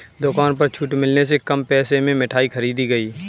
दुकान पर छूट मिलने से कम पैसे में मिठाई खरीदी गई